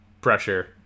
pressure